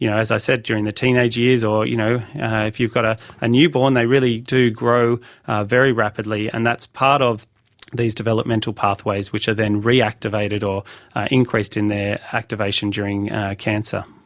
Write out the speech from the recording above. yeah as i said, during the teenage years or you know if you've got a ah newborn they really do grow very rapidly and that's part of these developmental pathways which are then reactivated or increased in their activation during cancer.